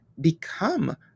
become